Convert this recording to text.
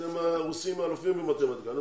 אתם, הרוסים, אלופים במתמטיקה.